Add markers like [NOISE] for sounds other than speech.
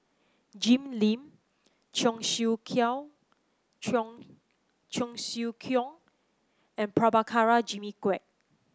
Jim Lim Cheong Siew [UNINTELLIGIBLE] Cheong Cheong Siew Keong and Prabhakara Jimmy Quek